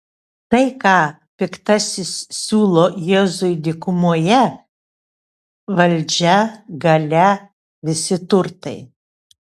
tai ką piktasis siūlo jėzui dykumoje valdžia galia visi turtai